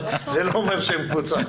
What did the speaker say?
אבל זה לא אומר שהם קבוצה.